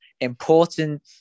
important